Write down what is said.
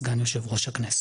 סגן יושב-ראש הכנסת.